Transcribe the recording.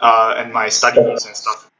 uh and my studies and stuff